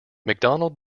mcdonnell